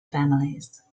families